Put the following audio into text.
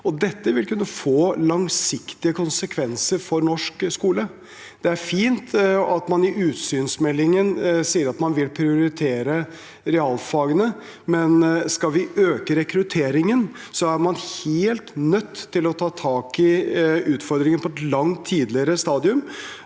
Dette vil kunne få langsiktige konsekvenser for norsk skole. Det er fint at man i utsynsmeldingen sier at man vil prioritere realfagene, men skal vi øke rekrutteringen, er vi helt nødt til å ta tak i utfordringene på et langt tidligere stadium.